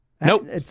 Nope